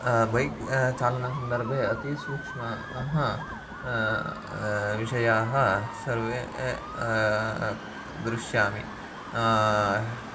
bike चालनसन्दर्भे अतिसूक्ष्माः विषयाः सर्वे पश्यामि